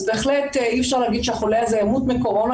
אז בהחלט אי-אפשר להגיד שהחולה הזה ימות מקורונה,